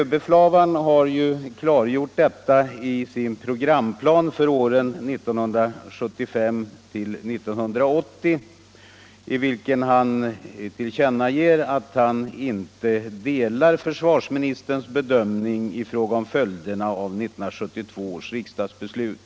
Överbefälhavaren har ju klargjort detta i sin programplan för åren 1975-1980, i vilken han tillkännager att han inte delar försvarsministerns bedömning i fråga om följderna av 1972 års riksdagsbeslut.